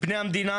פני המדינה